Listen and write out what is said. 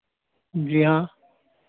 जी हाँ